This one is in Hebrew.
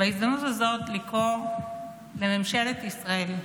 בהזדמנות הזאת לקרוא לממשלת ישראל.